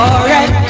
Alright